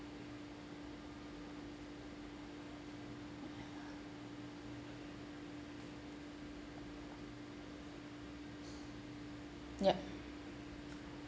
yup